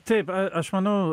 taip a aš manau